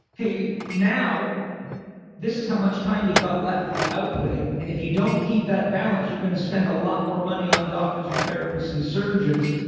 okay, now this is how much time you've got left for the outputting. and if you don't keep that balance, you're going to spend a lot more money on doctors and therapists and surgeons.